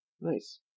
Nice